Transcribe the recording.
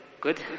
Good